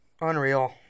unreal